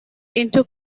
into